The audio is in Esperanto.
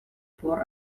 por